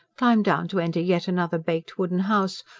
climbed down to enter yet another baked wooden house,